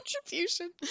contribution